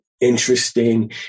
interesting